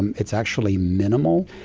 and it's actually minimal.